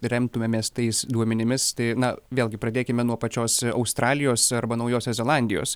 remtumėmės tais duomenimis tai na vėlgi pradėkime nuo pačios australijos arba naujosios zelandijos